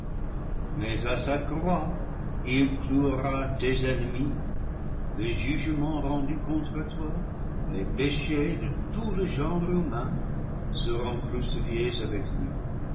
mais à sa croix il clouera les ennemis le ju gement rendu contre toi les péchés de tout le genre humain seront crucifiés avec lui